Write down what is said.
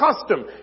custom